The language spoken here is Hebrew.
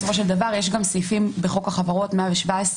בסופו של דבר יש גם סעיפים בחוק החברות 117,